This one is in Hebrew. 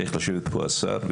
צריכים לשבת פה השר,